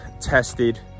tested